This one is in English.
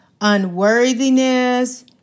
unworthiness